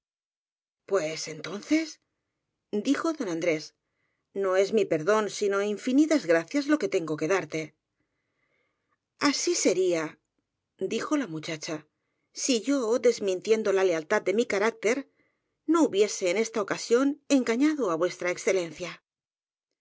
concedido pues entonces dijo don a ndrés no es mi perdón sino infinitas gracias lo que tengo que darte a sí sería dijo la muchacha si yo desmin tiendo la lealtad de mi carácter no hubiese en esta ocasión engañado á